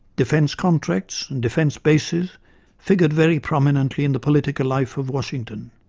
defence contracts and defence bases figured very prominently in the political life of washington.